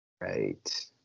Right